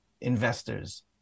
investors